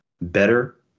better